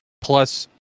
plus